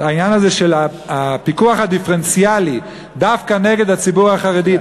העניין הזה של הפיקוח הדיפרנציאלי דווקא נגד הציבור החרדי,